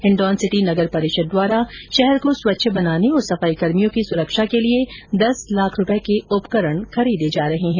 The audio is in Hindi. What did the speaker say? हिण्डोनसिटी नगर परिषद द्वारा शहर को स्वच्छ बनाने और सफाईकर्मियों की सुरक्षा के लिए दस लाख रूपये के उपकरण खरीदे जा रहे है